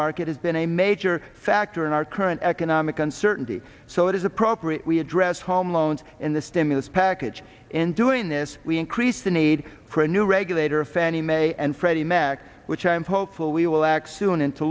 market has been a major factor in our current economic uncertainty so it is appropriate we address home loans in the stimulus package and doing this we increase the need for a new regulator of fannie mae and freddie mac which i'm hopefully we will act soon into